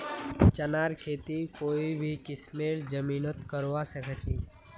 चनार खेती कोई भी किस्मेर जमीनत करवा सखछी